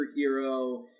superhero